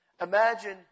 imagine